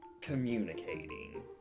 communicating